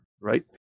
right